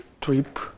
trip